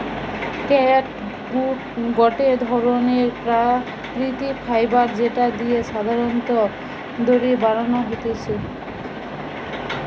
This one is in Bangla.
ক্যাটগুট গটে ধরণের প্রাকৃতিক ফাইবার যেটা দিয়ে সাধারণত দড়ি বানানো হতিছে